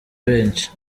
benshi